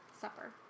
supper